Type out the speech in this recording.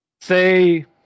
say